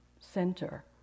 center